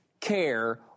care